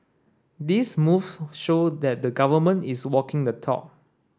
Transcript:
these moves show that the Government is walking the talk